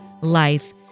life